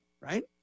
right